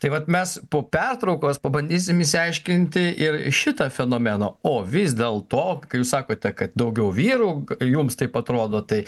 tai vat mes po pertraukos pabandysim išsiaiškinti ir šitą fenomeną o vis dėlto kai jūs sakote kad daugiau vyrų jums taip atrodo tai